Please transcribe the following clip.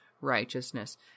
righteousness